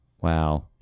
Wow